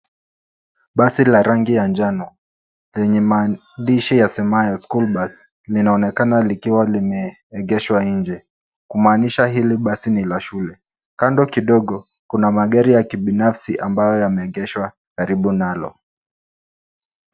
Basi la rangi ya njano lenye maandishi yasemayo school bus linaonekana likiwa limeegeshwa nje, kumaanisha hili basi ni la shule. Kando kidogo kuna magari ya kibinafsi ambayo yameegeshwa karibu nalo.